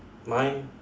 mine